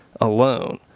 alone